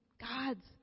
God's